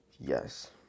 Yes